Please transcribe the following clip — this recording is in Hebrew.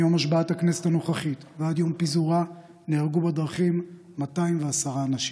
מיום השבעת הכנסת הנוכחית ועד יום פיזורה נהרגו בדרכים 210 אנשים.